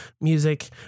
music